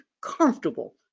comfortable